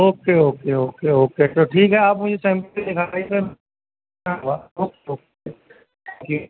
okay okay okay okay تو ٹھیک ہے آپ مجھے سیمپ دکھائیےوے اوکے تک یو